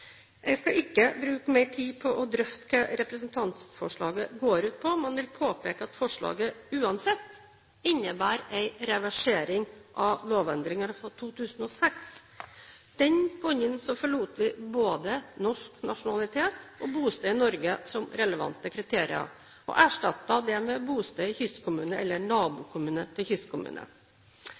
Jeg skal ikke bruke mer tid på å drøfte hva representantforslaget går ut på, men vil påpeke at forslaget uansett innebærer en reversering av lovendringen fra 2006. Den gangen forlot vi både norsk nasjonalitet og bosted i Norge som relevante kriterier og erstattet det med bosted i kystkommune eller nabokommune til kystkommune.